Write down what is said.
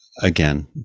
Again